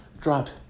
dropped